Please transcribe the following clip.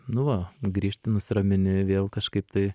nu va grįžti nusiramini vėl kažkaip tai